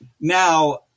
Now